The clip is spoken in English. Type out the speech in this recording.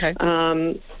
Okay